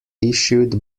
issued